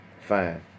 fine